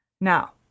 Now